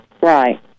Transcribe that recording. Right